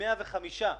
בדיוק באותה נשימה,